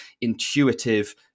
intuitive